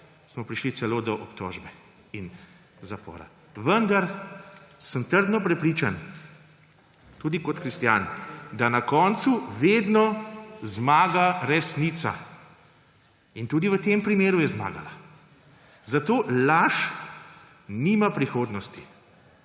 smo prišli celo do obtožbe in zapora. Vendar sem trdno prepričan, tudi kot kristjan, da na koncu vedno zmaga resnica. In tudi v tem primeru je zmagala, zato laž nima prihodnosti.